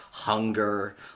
hunger